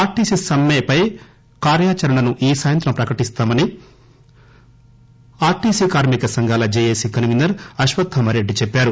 RTC సమ్మెపై కార్యాచరణను ఈ సాయంత్రం ప్రకటిస్తామని ఆర్టీసీ కార్మిక సంఘాల జేఏసీ కన్వీనర్ అశ్వత్థామరెడ్డి చెప్పారు